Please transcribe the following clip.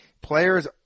players